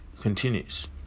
continues